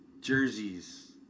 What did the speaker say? jerseys